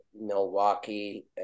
Milwaukee